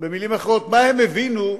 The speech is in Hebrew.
במלים אחרות, מה הם הבינו,